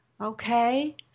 Okay